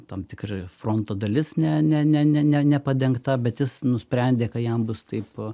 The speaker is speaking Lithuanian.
tam tikri fronto dalis ne ne ne ne ne nepadengta bet jis nusprendė kad jam bus taip